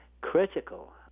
critical